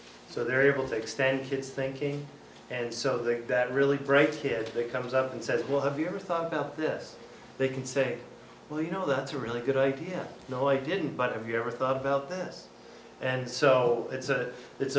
so they're able to extend his thinking and so that really breaks here that comes up and says well have you ever thought about this they can say well you know that's a really good idea no i didn't but have you ever thought about this and so it's a it's